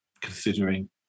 considering